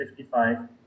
55